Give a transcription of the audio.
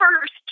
first